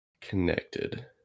connected